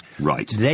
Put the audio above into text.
Right